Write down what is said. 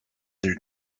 their